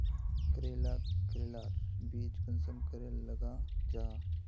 करेला करेलार बीज कुंसम करे लगा जाहा?